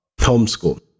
homeschool